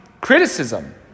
criticism